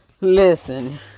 listen